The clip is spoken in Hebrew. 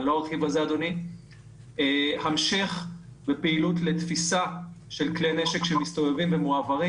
ולא ארחיב בזה; המשך בפעילות לתפיסה של כלי נשק שמסתובבים ומועברים;